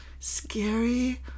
scary